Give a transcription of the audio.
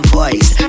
voice